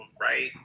right